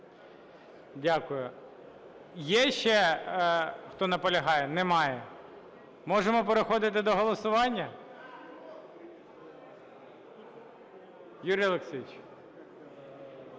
Дякую. Є ще, хто наполягає? Немає. Можемо переходити до голосування? Юрію Олексійовичу,